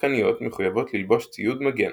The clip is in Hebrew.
השחקניות מחויבות ללבוש ציוד מגן,